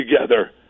together